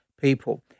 people